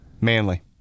Manly